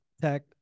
tech